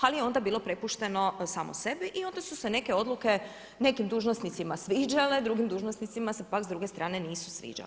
Ali je onda bilo prepušteno samom sebi i onda su se neke odluke nekim dužnosnicima sviđale, drugim dužnosnicima se pak s druge strane nisu sviđale.